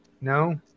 No